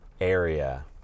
area